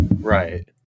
Right